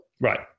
Right